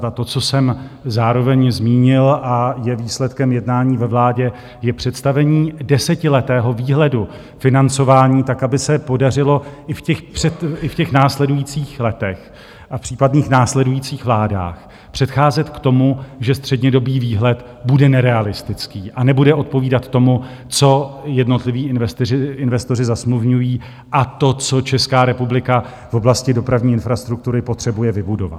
A to, co jsem zároveň zmínil a je výsledkem jednání ve vládě, je představení desetiletého výhledu financování tak, aby se podařilo i v následujících letech a případných následujících vládách předcházet tomu, že střednědobý výhled bude nerealistický a nebude odpovídat tomu, co jednotliví investoři zasmluvňují, a to, co Česká republika v oblasti dopravní infrastruktury potřebuje vybudovat.